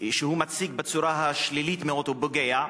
שמציג בצורה שלילית, מאוד פוגע,